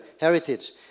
heritage